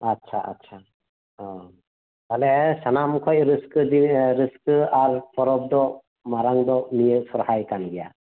ᱟᱪᱪᱷᱟ ᱟᱪᱪᱷᱟ ᱚᱻ ᱛᱟᱦᱚᱞᱮ ᱥᱟᱱᱟᱢ ᱠᱷᱚᱱ ᱨᱟᱹᱥᱠᱟᱹ ᱟᱨ ᱯᱚᱨᱚᱵ ᱫᱚ ᱢᱟᱨᱟᱝ ᱫᱚ ᱱᱤᱭᱟᱹ ᱥᱚᱦᱨᱟᱭ ᱠᱟᱱᱜᱮᱭᱟ